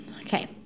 Okay